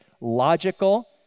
logical